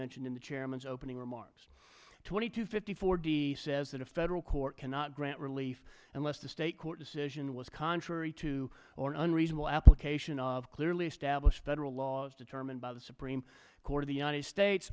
mentioned in the chairman's opening remarks twenty two fifty four d says that a federal court cannot grant relief unless a state court decision was contrary to or unreasonable application of clearly established federal laws determined by the supreme court of the united states